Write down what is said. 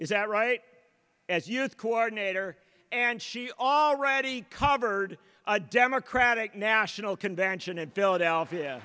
is that right as youth coordinator and she already covered a democratic national convention in philadelphia